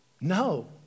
No